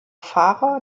fahrer